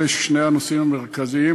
אלה שני הנושאים המרכזיים.